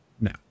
now